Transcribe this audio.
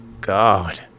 God